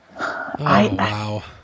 wow